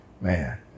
man